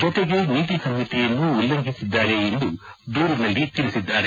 ಜೊತೆಗೆ ನೀತಿ ಸಂಹಿತೆಯನ್ನು ಉಲ್ಲಂಘಿಸಿದ್ದಾರೆ ಎಂದು ದೂರಿನಲ್ಲಿ ತಿಳಿಸಿದ್ದಾರೆ